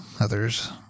others